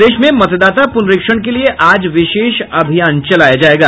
प्रदेश में मतदाता पुनरीक्षण के लिये आज विशेष अभियान चलाया जायेगा